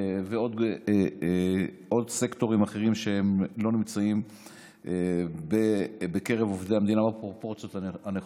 ועוד סקטורים אחרים שלא נמצאים בקרב עובדי המדינה בפרופורציות הנכונות.